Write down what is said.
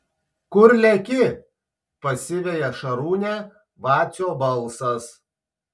kur leki pasiveja šarūnę vacio balsas